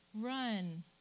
Run